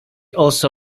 also